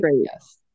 Yes